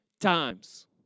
times